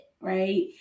right